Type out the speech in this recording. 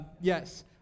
Yes